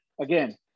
again